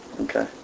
Okay